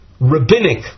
rabbinic